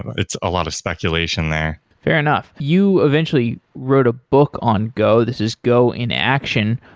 it's a lot of speculation there fair enough. you eventually wrote a book on go. this is go in action.